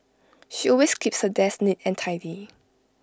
she always keeps her desk neat and tidy